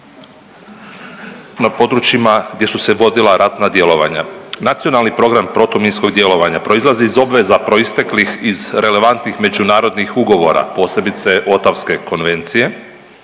na područjima gdje su se vodila ratna djelovanja. Nacionalni program protuminskog djelovanja proizlazi iz obveza proisteklih iz relevantnih međunarodnih ugovora posebice Otavske konvencije,